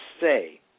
say